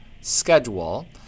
schedule